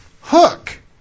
hook